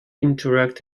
interact